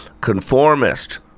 Conformist